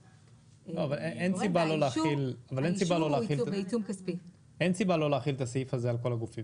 אין סיבה לא להחיל את הסעיף הזה על כל הגופים.